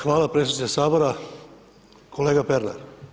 Hvala predsjedniče Sabora, kolega Pernar.